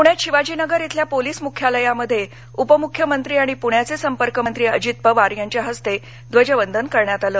पुण्यात शिवाजीनगर इथल्या पोलिस मुख्यालयामध्ये उपमुख्यमंत्री आणि पुण्याचे संपर्कमंत्री अजित पवार यांच्या हस्ते ध्वाजवंदन करण्यात आलं